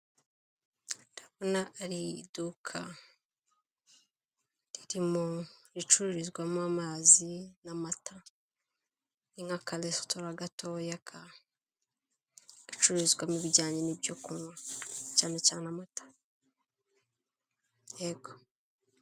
Ndabona ari iduka ririmo, ricururizwamo amazi n'amata, ni nk'akaresitora gatoya, gacururizwamo ibijyanye nibyo kunywa cyane cyane amata.